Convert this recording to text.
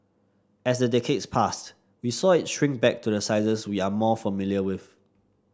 as the decades passed we saw it shrink back to the sizes we are more familiar with